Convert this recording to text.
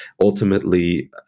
ultimately